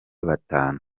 batanu